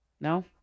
No